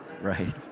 Right